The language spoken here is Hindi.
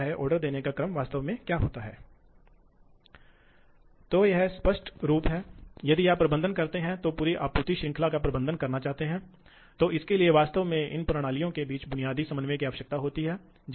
इसलिए मशीन ड्राइव की वांछनीय विशेषताओं में स्पिंडल ड्राइव को घूर्णी गति बिंदु से सटीक होना चाहिए जबकि माइक्रोन के संदर्भ में फीड ड्राइव स्थिति की दृष्टि से बहुत सटीक होना चाहिए